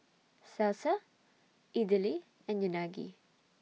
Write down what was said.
Salsa Idili and Unagi